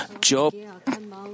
Job